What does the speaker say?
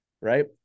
right